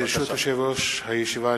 יושב-ראש הישיבה,